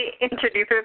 introduce